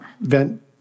vent